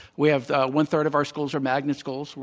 we have one-third of our schools are magnet schools.